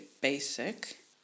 basic